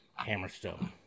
Hammerstone